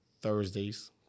Thursdays